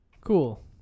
Cool